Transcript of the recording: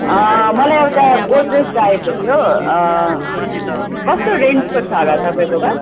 अँ मलाई एउटा गोदरेज चाहिएको थियो अँ कस्तो रेन्जको छ होला तपाईँकोमा